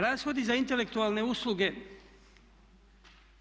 Rashodi za intelektualne usluge